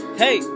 hey